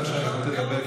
יכולת לדבר,